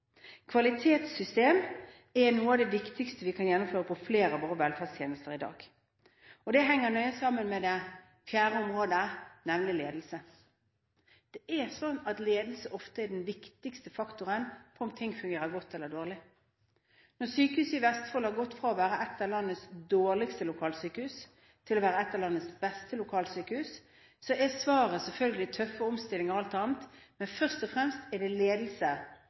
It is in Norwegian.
er noe av det viktigste vi kan gjennomføre innen flere av våre velferdstjenester i dag. Det henger nøye sammen med det fjerde området, nemlig ledelse. Ledelse er ofte den viktigste faktoren for hvorvidt ting fungerer godt eller dårlig. Når Sykehuset i Vestfold har gått fra å være et av landets dårligste til å bli et av landets beste lokalsykehus, er svaret selvfølgelig bl.a. tøffe omstillinger, men først og fremst er det ledelse,